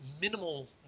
minimal